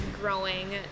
growing